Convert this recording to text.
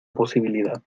posibilidad